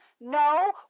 No